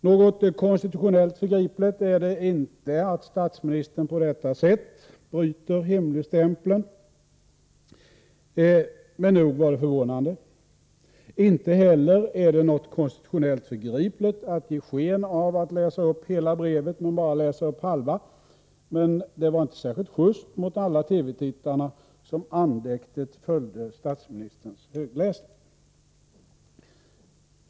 Något konstitutionellt förgripligt är det inte att statsministern på detta sätt bryter hemligstämpeln, men nog var det förvånande. Inte heller är det något konstitutionellt förgripligt att ge sken av att läsa upp hela brevet men bara läsa upp halva. Det var dock inte särskilt just mot alla TV-tittarna, som andäktigt följde statsministerns högläsning.